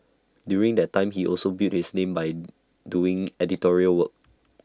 during that time he also built his name by doing editorial work